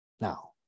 Now